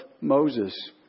Moses